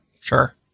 Sure